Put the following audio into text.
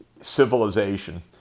civilization